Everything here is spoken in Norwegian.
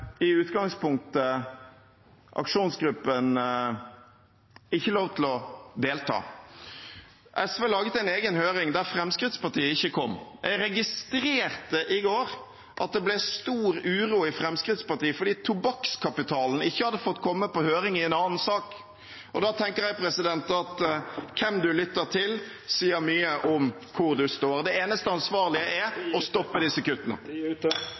i utgangspunktet aksjonsgruppen ikke lov til å delta. SV laget en egen høring, der Fremskrittspartiet ikke kom. Jeg registrerte i går at det ble stor uro i Fremskrittspartiet fordi tobakkskapitalen ikke hadde fått komme på høring i en annen sak, og da tenker jeg at hvem man lytter til, sier mye om hvor man står. Det eneste ansvarlige er å stoppe disse kuttene. Tida er ute.